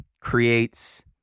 creates